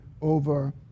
over